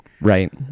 Right